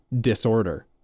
disorder